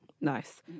nice